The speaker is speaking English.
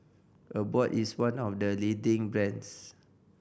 Abbott is one of the leading brands